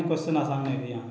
कोन क्वेस्चन आसान आबैए अहाँके